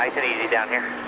easy down here.